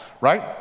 Right